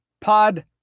Pod